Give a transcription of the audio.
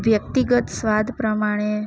વ્યક્તિગત સ્વાદ પ્રમાણે